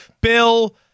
Bill